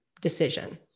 decision